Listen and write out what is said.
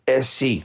SC